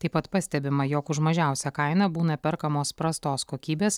taip pat pastebima jog už mažiausią kainą būna perkamos prastos kokybės